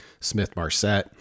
Smith-Marset